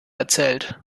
erzählt